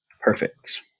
Perfect